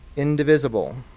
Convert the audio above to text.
indivisible,